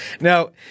Now